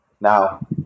now